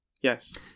yes